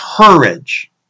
courage